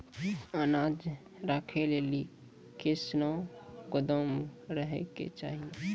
अनाज राखै लेली कैसनौ गोदाम रहै के चाही?